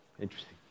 interesting